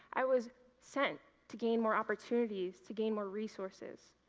i was sent to gain more opportunities, to gain more resources.